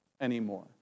anymore